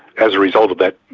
as a result of that,